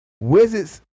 Wizards